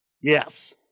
Yes